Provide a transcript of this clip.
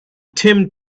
tim